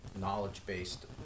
knowledge-based